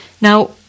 Now